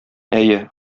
әйе